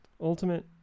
Ultimate